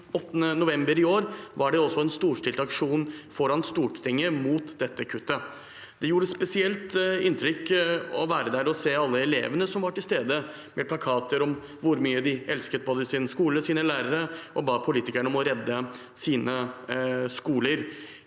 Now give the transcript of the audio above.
8. november i år var det en storstilt aksjon foran Stortinget mot dette kuttet. Det gjorde spesielt inntrykk å være der og se alle elevene som var til stede med plakater om hvor mye de elsket både sin skole og sine lærere, og de ba politikerne om å redde skolene